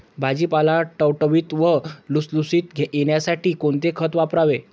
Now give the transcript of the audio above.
भाजीपाला टवटवीत व लुसलुशीत येण्यासाठी कोणते खत वापरावे?